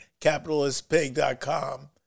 CapitalistPig.com